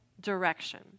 direction